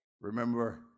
Remember